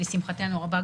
לשמחתנו הרבה,